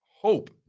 hope